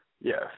Yes